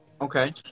Okay